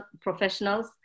professionals